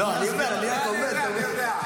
אני רק אומר --- אני יודע, אני יודע.